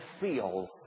feel